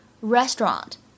restaurant